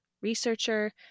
researcher